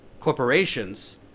corporations